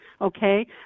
okay